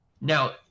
Now